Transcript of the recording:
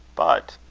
but,